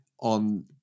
on